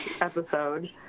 episode